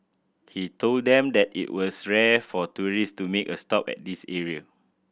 he told them that it was rare for tourist to make a stop at this area